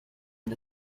and